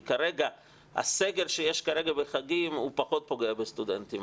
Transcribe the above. כרגע הסגר שיש בחגים הוא פחות פוגע בסטודנטים,